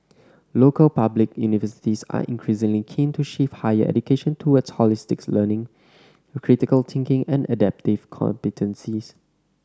local public universities are increasingly keen to shift higher education toward holistic learning critical thinking and adaptive competences